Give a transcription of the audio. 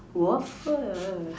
waffle